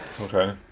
Okay